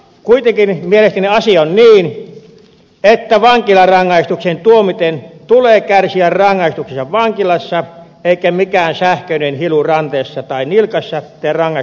kuitenkin mielestäni asia on niin että vankilarangaistukseen tuomitun tulee kärsiä rangaistuksensa vankilassa eikä mikään sähköinen hilu ranteessa tai nilkassa tee rangaistusta rangaistukseksi